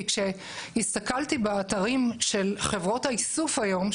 כי כשהסתכלתי באתרים של חברות האיסוף היום,